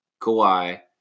Kawhi